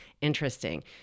interesting